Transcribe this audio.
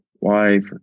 wife